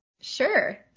Sure